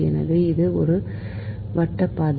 எனவே இது ஒரு வட்டப் பாதை